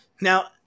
Now